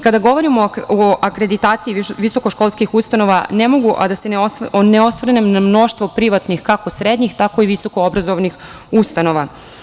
Kada govorimo o akreditaciji visokoškolskih ustanova, ne mogu a da se ne osvrnem na mnoštvo privatnih kako srednjih, tako i visoko obrazovnih ustanova.